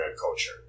culture